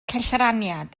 cellraniad